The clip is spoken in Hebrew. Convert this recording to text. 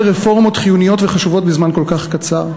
רפורמות חיוניות וחשובות בזמן כל כך קצר?